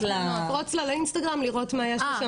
לפרוץ לה לאינסטגרם לראות מה יש לה שם